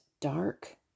dark